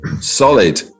solid